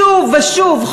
שוב ושוב,